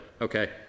Okay